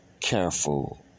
careful